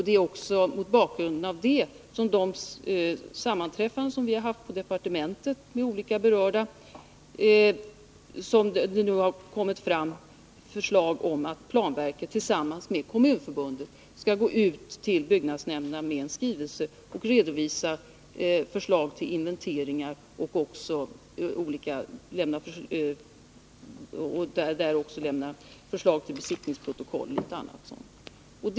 Det är också mot den bakgrunden som det vid de sammanträffanden vi haft på departementet med berörda parter har kommit fram förslag om att planverket tillsammans med Kommunförbundet skall gå ut till byggnadsnämnderna med en skrivelse och där redovisa förslag till inventeringar, besiktningsprotokoll och en del annat sådant.